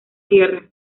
tierra